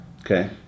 Okay